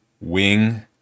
wing